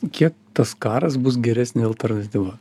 kiek tas karas bus geresnė alternatyva